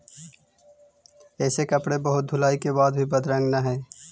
ऐसे कपड़े बहुत धुलाई के बाद भी बदरंग न हई